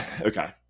Okay